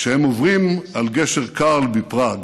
כשהם עוברים על גשר קארל בפראג